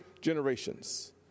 generations